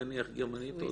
נניח גרמנית,